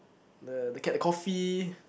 the the cat~ the coffee